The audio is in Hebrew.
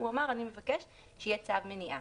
אלא הוא אמר שהוא מבקש שיהיה צו מניעה.